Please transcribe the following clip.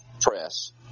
press